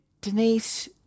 Denise